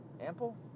Ample